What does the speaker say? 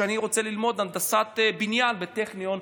כשאני רוצה ללמוד הנדסת בניין בטכניון,